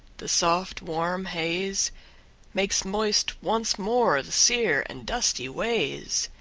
the soft, warm haze makes moist once more the sere and dusty ways,